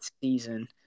season